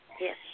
Yes